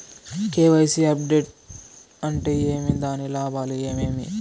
KYC update అంటే ఏమి? దాని లాభాలు ఏమేమి?